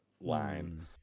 line